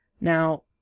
now